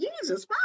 Jesus